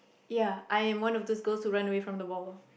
ya I am one of these girls who run away from the ball